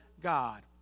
God